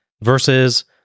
versus